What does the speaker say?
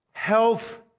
Health